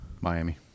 Miami